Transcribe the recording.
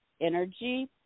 energy